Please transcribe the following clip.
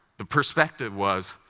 the perspective was,